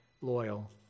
loyal